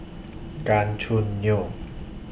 Gan Choo Neo